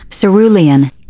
Cerulean